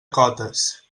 cotes